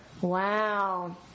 Wow